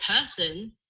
person